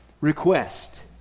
request